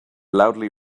loudly